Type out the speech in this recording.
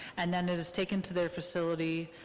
and then it is taken to their facility,